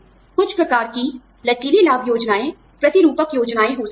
कुछ प्रकार की लचीली लाभ योजनाएँ प्रतिरूपकयोजनाएँ हो सकती हैं